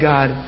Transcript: God